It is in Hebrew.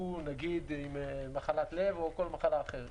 שהוא עם מחלת לב או כל מחלה אחרת,